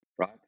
right